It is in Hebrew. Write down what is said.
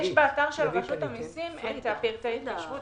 יש באתר של רשות המיסים את פרטי ההתקשרות